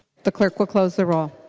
the clerk will close the roll.